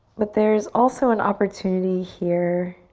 but there's also an opportunity here